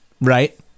right